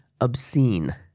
obscene